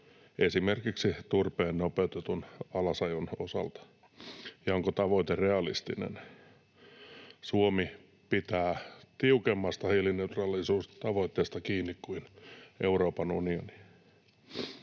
esimerkiksi turpeen nopeutetun alasajon osalta, ja onko tavoite realistinen? Suomi pitää tiukemmasta hiilineutraalisuustavoitteesta kiinni kuin Euroopan unioni.